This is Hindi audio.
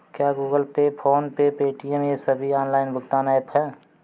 क्या Google Pay PhonePe Paytm ये सभी ऑनलाइन भुगतान ऐप हैं?